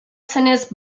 zenez